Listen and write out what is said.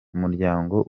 umuryango